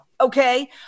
okay